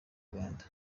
rwanda